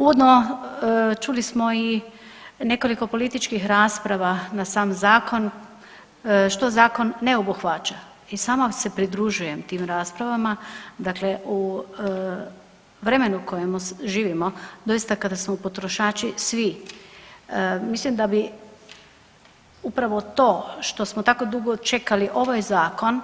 Uvodno, čuli smo i nekoliko političkih rasprava na sam zakon, što zakon ne obuhvaća i sama se pridružujem tim raspravama, dakle u vremenu u kojemu živimo, doista, kada su potrošači svi, mislim da bi upravo to što smo tako dugo čekali ovaj zakon